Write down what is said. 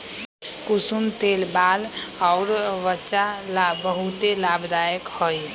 कुसुम तेल बाल अउर वचा ला बहुते लाभदायक हई